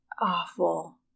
Awful